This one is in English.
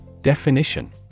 Definition